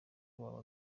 aba